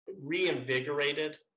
reinvigorated